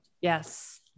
Yes